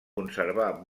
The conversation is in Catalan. conservar